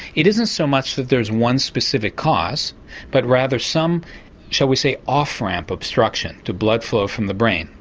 it isn't so much that there's one specific cause but rather some shall we say off ramp obstruction to blood flow from the brain.